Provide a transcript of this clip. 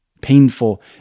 painful